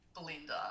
Belinda